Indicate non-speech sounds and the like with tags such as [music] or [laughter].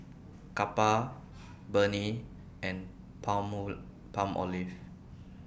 Kappa Burnie and [unintelligible] Palmolive